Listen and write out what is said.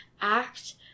act